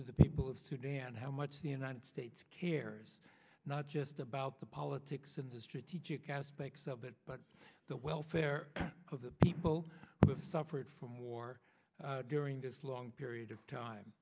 to the people of sudan how much the united states cares not just about the politics in the strategic aspects of it but the welfare of the people who have suffered from war during this long period of time